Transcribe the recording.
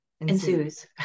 ensues